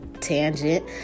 tangent